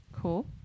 Cool